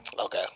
Okay